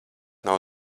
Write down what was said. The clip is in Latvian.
nav